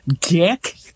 Dick